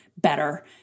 better